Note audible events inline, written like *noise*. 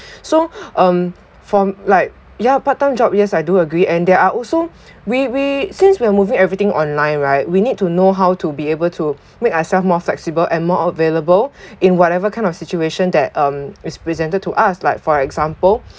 *breath* so um from like ya part time job yes I do agree and there are also we we since we're moving everything online right we need to know how to be able to make ourselves more flexible and more available in whatever kind of situation that um is presented to us like for example